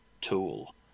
tool